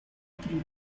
aprile